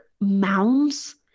mounds